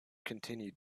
continued